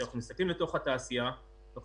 כשאנחנו מסתכלים לתוך התעשייה אנחנו